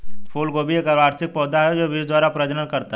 फूलगोभी एक वार्षिक पौधा है जो बीज द्वारा प्रजनन करता है